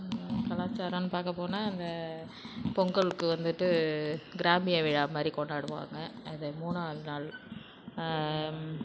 கலச்சாரன்னு பார்க்கப்போனா இந்த பொங்கலுக்கு வந்துட்டு கிராமிய விழா மாதிரி கொண்டாடுவாங்கள் அது மூணாவது நாள்